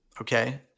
okay